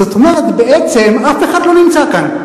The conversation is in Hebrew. זאת אומרת, בעצם אף אחד לא נמצא כאן,